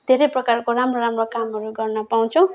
धेरै प्रकारको राम्रो राम्रो कामहरू गर्न पाउँछौँ